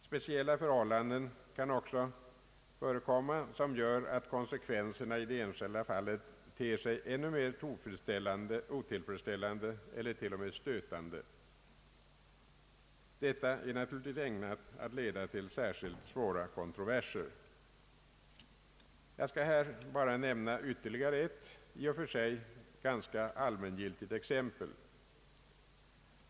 Speciella förhållanden kan även förekomma, som gör att konsekvenserna i det enskilda fallet ter sig ännu mer otillfredsställande eller till och med stötande. Detta är naturligtvis ägnat att leda till särskilt svåra kontroverser. Jag skall här bara nämna ytterligare ett i och för sig ganska allmängiltigt exempel.